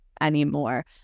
anymore